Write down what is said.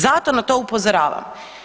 Zato na to upozoravam.